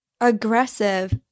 aggressive